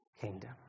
kingdom